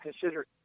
consider